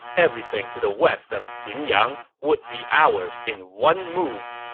everything to the west of xianyang would be ours in one move.